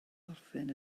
gorffen